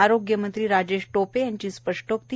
आरोग्य मंत्री राजेश टोपे यांची स्पष्टोक्ती